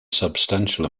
substantial